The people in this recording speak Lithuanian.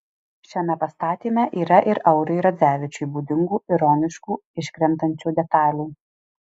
šiame pastatyme yra ir auriui radzevičiui būdingų ironiškų iškrentančių detalių